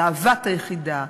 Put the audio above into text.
גאוות היחידה,